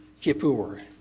kippur